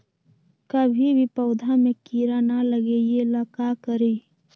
कभी भी पौधा में कीरा न लगे ये ला का करी?